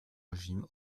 régime